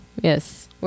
Yes